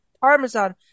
parmesan